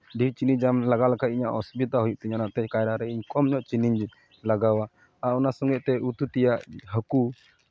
ᱰᱷᱮᱨ ᱪᱤᱱᱤ ᱡᱚᱢ ᱞᱟᱜᱟᱣ ᱞᱮᱠᱷᱟᱡ ᱤᱧᱟ ᱜ ᱚᱥᱩᱵᱤᱫᱷᱟ ᱦᱩᱭᱩᱜ ᱛᱤᱧᱟ ᱚᱱᱟᱛᱮ ᱠᱟᱭᱨᱟ ᱨᱮ ᱤᱧ ᱠᱚᱢ ᱧᱚᱜ ᱪᱤᱱᱤᱧ ᱞᱟᱜᱟᱣᱟ ᱟᱨ ᱚᱱᱟ ᱥᱚᱸᱜᱮᱛᱮ ᱩᱛᱩ ᱛᱮᱭᱟᱜ ᱦᱟᱹᱠᱩ